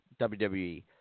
WWE